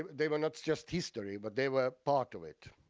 they were not just history, but they were part of it.